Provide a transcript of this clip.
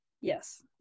Yes